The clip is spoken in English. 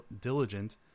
diligent